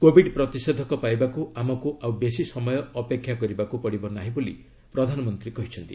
Covid ପ୍ରତିଷେଧକ ପାଇବାକୁ ଆମକୁ ଆଉ ବେଶି ସମୟ ଅପେକ୍ଷା କରିବାକୁ ପଡ଼ିବ ନାହିଁ ବୋଲି ପ୍ରଧାନମନ୍ତ୍ରୀ କହିଛନ୍ତି